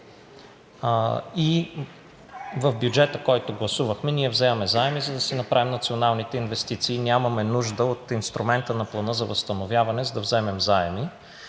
В бюджета, който гласувахме, ние вземаме заеми, за да си направим националните инвестиции. Нямаме нужда от инструмента на Плана на възстановяване, за да вземем заеми.